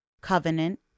covenant